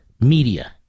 media